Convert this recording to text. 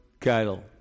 cattle